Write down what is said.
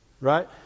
Right